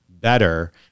better